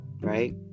right